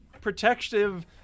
protective